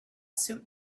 suit